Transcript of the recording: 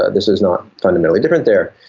ah this is not fundamentally different there,